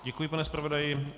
Děkuji, pane zpravodaji.